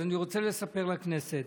אז אני רוצה לספר לכנסת